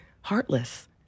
heartless